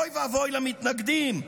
אוי ואבוי למתנגדים,